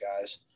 guys